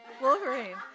Wolverine